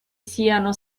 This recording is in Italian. siano